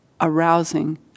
arousing